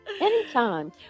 anytime